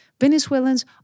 Venezuelans